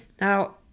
Now